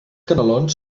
canelons